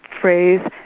phrase